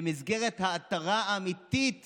במסגרת ההתרה האמיתית